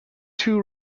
two